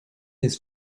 his